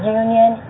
union